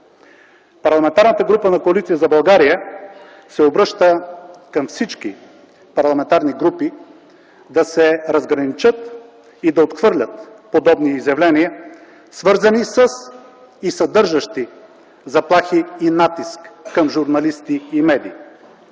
Парламентарната група на Коалиция за България се обръща към всички парламентарни групи да се разграничат и да отхвърлят подобни изявления, свързани със и съдържащи заплахи и натиск към журналисти и медии.